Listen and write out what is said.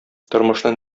тормышны